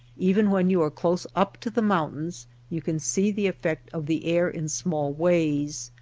even when you are close up to the moun tains you can see the effect of the air in small ways.